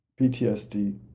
PTSD